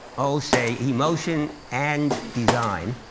oh say, emotion and design,